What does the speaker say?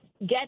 get